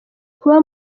kuba